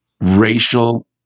Racial